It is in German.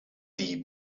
die